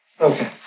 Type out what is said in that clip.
Okay